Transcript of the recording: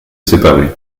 séparer